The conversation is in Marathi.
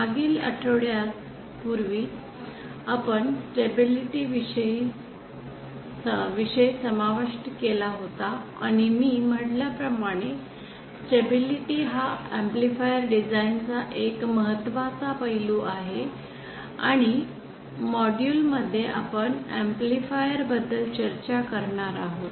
मागील काही आठवड्यांपूर्वी आपण स्टॅबिलिटी विषय समाविष्ट केला होता आणि मी म्हटल्या प्रमाणे स्टॅबिलिटी हा एम्पलीफायर डिझाइन चा एक महत्वाचा पैलू आहे आणि या मॉड्यूल मध्ये आपण एम्पलीफायर बद्दल चर्चा करणार आहोत